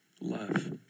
love